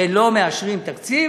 ולא מאשרים תקציב,